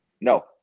No